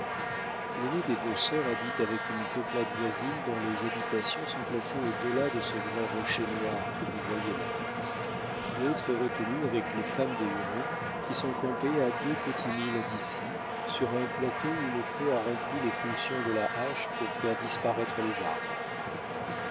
l'aînée des deux sœurs habite avec une peuplade voisine dont les habitations sont placées au delà de ce grand rocher noir que vous voyez là-bas l'autre est retenue avec les femmes des hurons qui sont campés à deux petits milles d'ici sur un plateau où le feu a rempli les fonctions de la hache pour faire disparaître les arbres